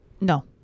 No